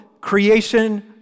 creation